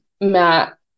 Matt